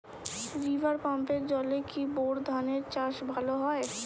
River পাম্পের জলে কি বোর ধানের চাষ ভালো হয়?